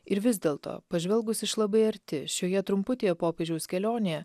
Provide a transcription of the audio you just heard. ir vis dėlto pažvelgus iš labai arti šioje trumputėje popiežiaus kelionėje